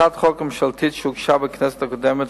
הצעת החוק הממשלתית שהוגשה בכנסת הקודמת,